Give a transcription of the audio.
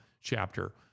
chapter